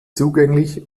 zugänglich